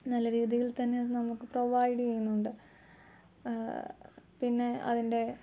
നല്ല രീതിയിൽ തന്നെ അത് നമുക്ക് പ്രൊവൈഡ് ചെയ്യുന്നുണ്ട് പിന്നെ അതിൻ്റെ